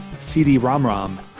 CD-ROM-ROM